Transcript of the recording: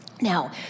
Now